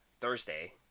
Thursday